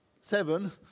seven